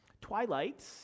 Twilight